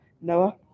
Noah